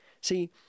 See